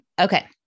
Okay